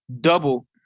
double